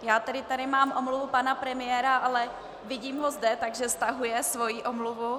Já tady mám omluvu pana premiéra, ale vidím ho zde, takže stahuje svoji omluvu.